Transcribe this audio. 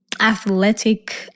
athletic